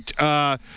right